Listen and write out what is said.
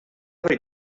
every